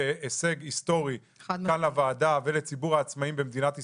הישג היסטורי לוועדה ולציבור העצמאים במדינת ישראל.